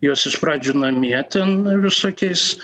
juos iš pradžių namie ten visokiais